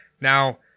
Now